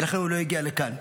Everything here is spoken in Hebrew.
ולכן הוא לא הגיע לכאן.